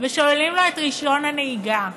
שוללים לו את רישיון הנהיגה.